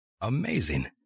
Amazing